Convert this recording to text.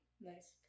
Nice